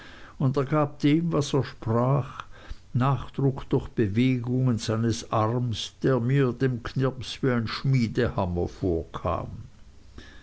und er gab dem was er sprach nachdruck durch bewegungen seines arms der mir dem knirps wie ein schmiedehammer vorkam